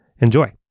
Enjoy